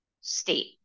state